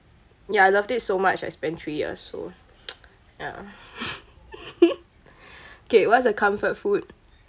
ya I loved it so much I spent three years so ya K what's your comfort food